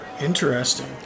Interesting